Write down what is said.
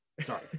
Sorry